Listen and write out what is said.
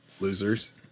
Losers